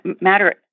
matter